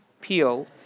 peel